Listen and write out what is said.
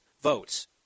votes